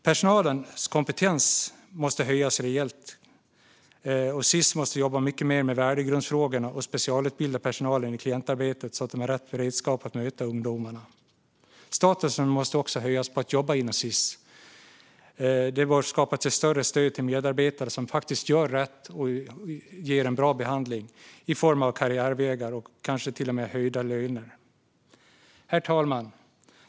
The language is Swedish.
Personalens kompetens måste höjas rejält, och Sis måste jobba mycket mer med värdegrundsfrågorna och specialutbilda personalen i klientarbetet så de har rätt redskap att möta ungdomarna. Statusen på att jobba inom Sis måste också höjas, och det bör skapas ett större stöd till de medarbetare som gör rätt och ger en bra behandling, i form av karriärvägar och kanske till och med höjda löner. Herr talman!